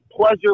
pleasure